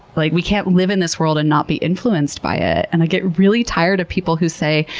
like we can't live in this world and not be influenced by it. and i get really tired of people who say,